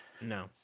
No